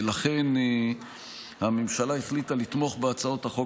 לכן הממשלה החליטה לתמוך בהצעות החוק